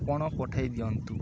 କ'ଣ ପଠେଇ ଦିଅନ୍ତୁ